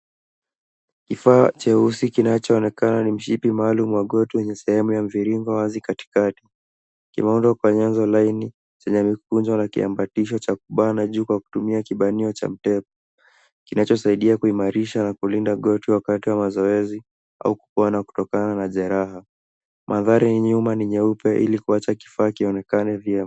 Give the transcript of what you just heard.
Kifaa cheusi kinachoonekana ni mshipi maalum wa goti wenye sehemu ya mviringo wazi katikati. Kimeundwa kwa nyanzo laini chenye mikunjo na kiambatisho cha kubana juu kwa kutumia kibanio cha mtego kinachosaidia kuimarisha na kulinda goti wakati wa mazoezi au kupona kutokana na jeraha. Mandhari ya nyuma ni nyeupe ili kuacha kifaa kionekane vyema.